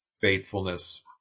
faithfulness